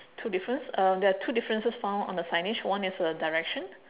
two difference um there are two differences found on the signage one is uh direction